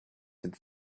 since